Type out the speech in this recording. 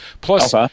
Plus